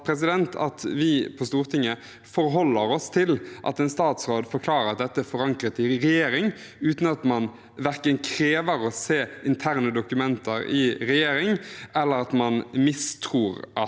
at vi på Stortinget forholder oss til at en statsråd forklarer at dette er forankret i regjering, uten at man verken krever å se interne dokumenter fra regjering eller mistror at